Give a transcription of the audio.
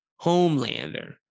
homelander